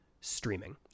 streaming